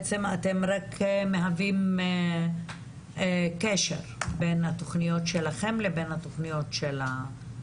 למעשה אתם מהווים רק קשר בין התוכניות שלכם לתוכניות של משרד הכלכלה.